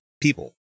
people